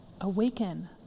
Awaken